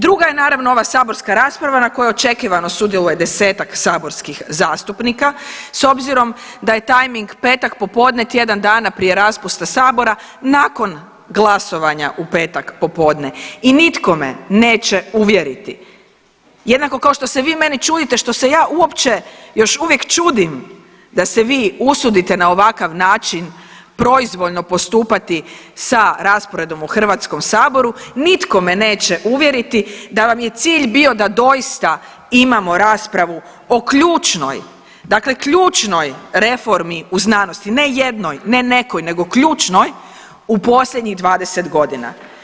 Druga je naravno ova saborska rasprava na kojoj očekivano sudjeluje desetak saborskih zastupnika s obzirom da je tajming petak popodne, tjedan dana prije raspusta sabora, nakon glasovanja u petak popodne i nitko me neće uvjeriti, jednako kao što se vi meni čudite što se ja uopće još uvijek čudim da se vi usudite na ovakav način proizvoljno postupati sa rasporedom u HS, nitko me neće uvjeriti da vam je cilj bio da doista imamo raspravu o ključnoj dakle ključnoj reformi u znanosti, ne jednoj, ne nekoj nego ključnoj u posljednjih 20.g.